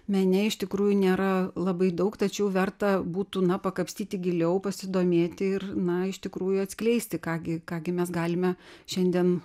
mene iš tikrųjų nėra labai daug tačiau verta būtų na pakapstyti giliau pasidomėti ir na iš tikrųjų atskleisti ką gi ką gi mes galime šiandien